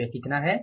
तो यह कितना है